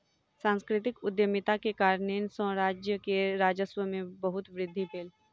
सांस्कृतिक उद्यमिता के कारणेँ सॅ राज्य के राजस्व में बहुत वृद्धि भेल